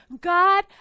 God